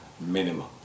minimum